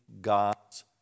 God's